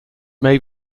may